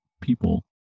people